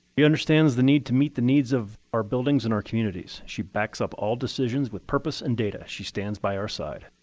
understands the need to meet the needs of our buildings and our communities. she backs up all decisions with purpose and data. she stands by our side.